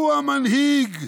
הוא המנהיג,